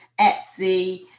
Etsy